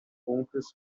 compras